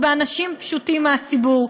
באנשים פשוטים מהציבור,